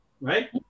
right